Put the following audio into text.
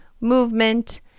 movement